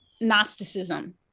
Gnosticism